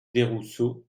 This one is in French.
desrousseaux